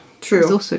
True